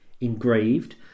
engraved